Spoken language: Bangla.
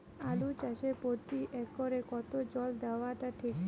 আলু চাষে প্রতি একরে কতো জল দেওয়া টা ঠিক?